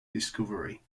discovery